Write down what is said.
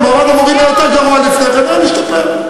מעמד המורים היה יותר גרוע לפני כן, היום השתפר.